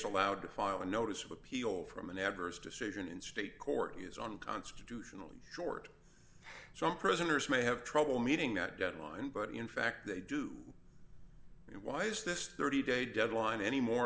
allowed to file a notice of appeal from an adverse decision in state court is on constitutionally short term prisoners may have trouble meeting that deadline but in fact they do it why is this thirty day deadline any more